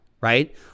right